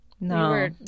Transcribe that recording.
No